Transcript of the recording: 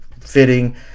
fitting